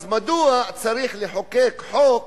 מדוע צריך לחוקק חוק